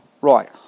Right